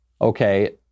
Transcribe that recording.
Okay